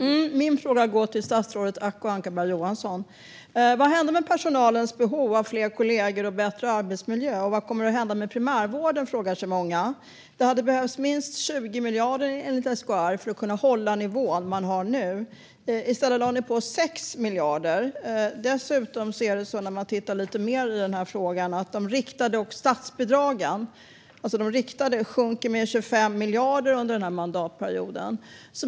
Fru talman! Min fråga går till statsrådet Acko Ankarberg Johansson. Vad hände med personalens behov av fler kollegor och bättre arbetsmiljö, och vad kommer att hända med primärvården? Det frågar sig många. Enligt SKR hade det behövts minst 20 miljarder för att kunna hålla den nivå man har nu. I stället lade ni på 6 miljarder. När man tittar lite mer på frågan ser man dessutom att de riktade statsbidragen sjunker med 25 miljarder under mandatperioden.